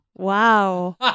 Wow